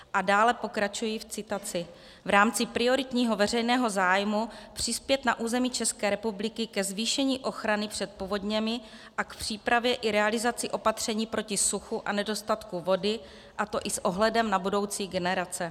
A dále pokračuji v citaci: V rámci prioritního veřejného zájmu přispět na území České republiky ke zvýšení ochrany před povodněmi a k přípravě i realizaci opatření proti suchu a nedostatku vody, a to i s ohledem na budoucí generace.